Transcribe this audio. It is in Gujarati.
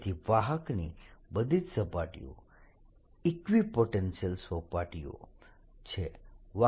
તેથી વાહકની બધી જ સપાટીઓ ઇકવીપોટેન્શિયલ સપાટીઓ છે